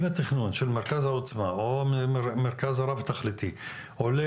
עם התכנון של מרכז העוצמה או מרכז הרב תכליתי עולה